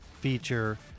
feature